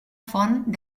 font